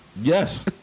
Yes